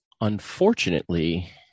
Unfortunately